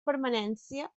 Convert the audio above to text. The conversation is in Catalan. permanència